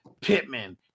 Pittman